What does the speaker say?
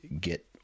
get